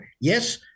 yes